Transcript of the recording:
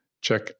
check